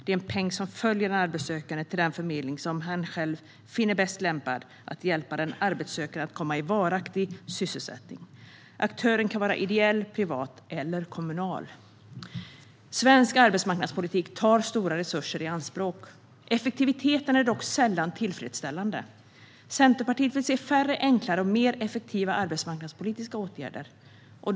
Det är en peng som följer den arbetssökande till den förmedling som hen själv finner bäst lämpad att hjälpa den arbetssökande att komma i varaktig sysselsättning. Aktören kan vara ideell, privat eller kommunal. Svensk arbetsmarknadspolitik tar stora resurser i anspråk. Effektiviteten är dock sällan tillfredsställande. Centerpartiet vill se färre, enklare och mer effektiva arbetsmarknadspolitiska åtgärder.